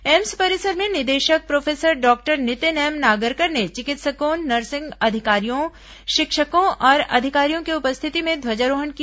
AIIMS परिसर में निदेशक professor doctor Nitin M Nagarkar ने चिकित्सकों नर्सिंग अधिकारियों शिक्षकों और अधिकारियों की उपस्थिति में ध्वजारोहण किया